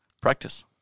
practice